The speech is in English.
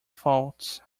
faults